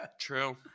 True